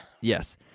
yes